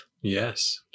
Yes